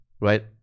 right